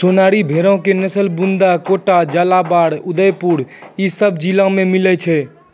सोनारी भेड़ो के नस्ल बूंदी, कोटा, झालाबाड़, उदयपुर इ सभ जिला मे मिलै छै